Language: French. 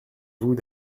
vous